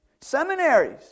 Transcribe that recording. Seminaries